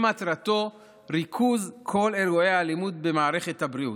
שמטרתו ריכוז כל אירועי האלימות במערכת הבריאות,